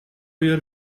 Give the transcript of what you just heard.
your